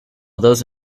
those